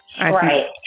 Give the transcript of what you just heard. Right